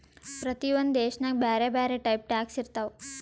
ಪ್ರತಿ ಒಂದ್ ದೇಶನಾಗ್ ಬ್ಯಾರೆ ಬ್ಯಾರೆ ಟೈಪ್ ಟ್ಯಾಕ್ಸ್ ಇರ್ತಾವ್